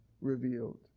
revealed